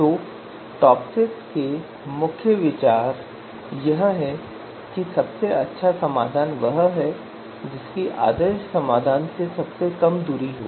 तो टॉपसिस के पीछे मुख्य विचार यह है कि सबसे अच्छा समाधान वह है जिसकी आदर्श समाधान से सबसे कम दूरी हो